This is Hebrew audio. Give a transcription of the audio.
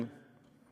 מכונן